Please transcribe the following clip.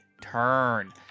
turn